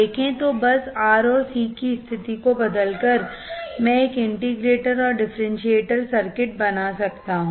देखें तो बस R और C की स्थिति को बदलकर मैं एक इंटीग्रेटर और डिफरेंशिएटर सर्किट बना सकता हूं